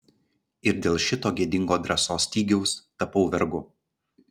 ir dėl šito gėdingo drąsos stygiaus tapau vergu